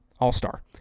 all-star